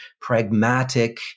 pragmatic